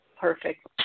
Perfect